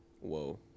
whoa